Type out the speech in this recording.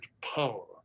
power